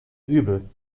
übel